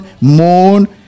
moon